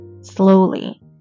slowly